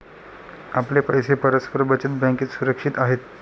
आपले पैसे परस्पर बचत बँकेत सुरक्षित आहेत